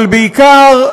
אבל בעיקר,